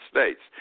States